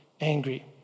angry